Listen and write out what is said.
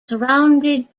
surrounded